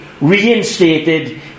reinstated